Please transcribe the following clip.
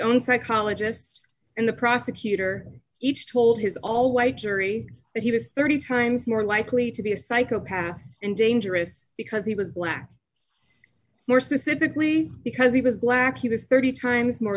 own psychologists and the prosecutor each told his all white jury that he was thirty times more likely to be a psychopath and dangerous because he was black more specifically because he was black he was thirty times more